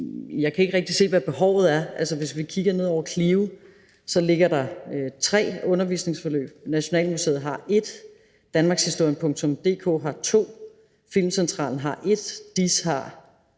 jeg ikke rigtig se, hvad behovet er. Hvis vi kigger ned over det, ligger der tre undervisningsforløb fra Clio. Nationalmuseet har et. Danmarkshistorien.dk har to. Filmcentralen har et. DIIS har